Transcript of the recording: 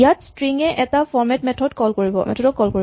ইয়াত স্ট্ৰিং এ এটা ফৰমেট মেথড ক কল কৰিব